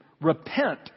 Repent